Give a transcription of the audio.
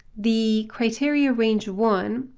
the criteria range one,